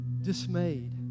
dismayed